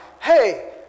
hey